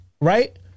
Right